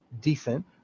decent